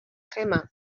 gemma